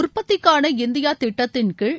உற்பத்திக்கான இந்தியா திட்டத்தின் கீழ்